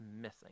missing